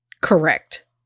Correct